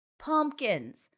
pumpkins